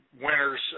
Winners